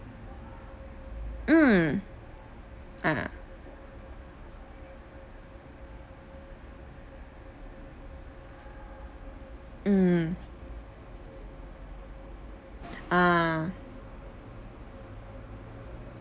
mm ah mm ah